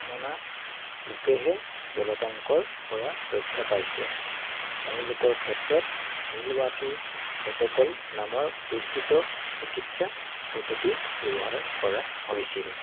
মনা লোকেহে জলাতংকৰ পৰা ৰক্ষা পাইছে এওঁলোকৰ ক্ষেত্ৰত মিলৱাকি প্ৰটকল নামৰ বিস্তৃত চিকিৎসা পদ্ধতি ব্যৱহাৰ কৰা হৈছিল